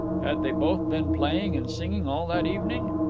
had they both been playing and singing all that evening?